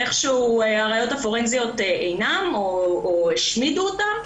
איכשהו הראיות הפורנזיות אינן או השמידו אותן.